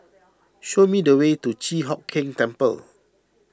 show me the way to Chi Hock Keng Temple